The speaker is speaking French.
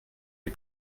les